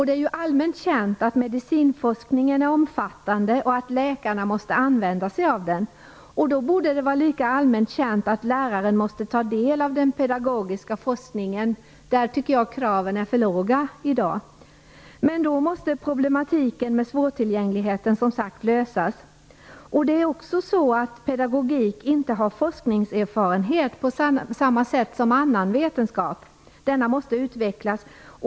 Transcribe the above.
Det är ju allmänt känt att medicinforskningen är omfattande och att läkarna måste använda sig av den. Då borde det vara lika allmänt känt att läraren måste ta del av den pedagogiska forskningen - där tycker jag att kraven är för låga i dag. Men då måste problematiken med svårtillgängligheten, som sagt, lösas. Inom pedagogiken finns det ju inte heller forskningserfarenhet på samma sätt som inom annan vetenskap. Denna måste utvecklas.